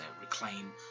reclaim